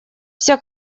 вся